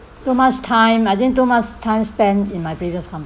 too much time I think too much time spent in my previous company